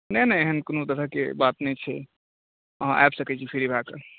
नहि नहि एहन कोनो तरहके बात नहि छै अहाँ आबि सकै छी फ्री भऽ कऽ